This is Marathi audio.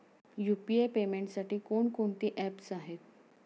यु.पी.आय पेमेंटसाठी कोणकोणती ऍप्स आहेत?